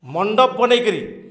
ମଣ୍ଡପ ବନେଇକିରି